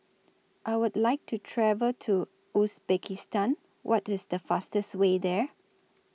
I Would like to travel to Uzbekistan What IS The fastest Way There